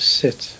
sit